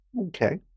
Okay